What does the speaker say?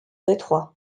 détroit